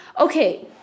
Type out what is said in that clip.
Okay